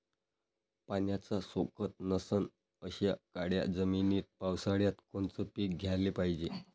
पाण्याचा सोकत नसन अशा काळ्या जमिनीत पावसाळ्यात कोनचं पीक घ्याले पायजे?